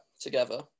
together